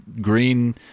green